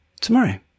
tomorrow